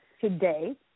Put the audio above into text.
today